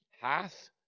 hath